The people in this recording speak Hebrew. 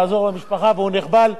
לעזור למשפחה והוא נחבל,